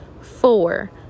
Four